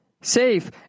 safe